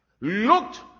Looked